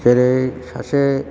जेरै सासे